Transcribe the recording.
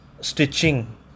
stitching